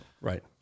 Right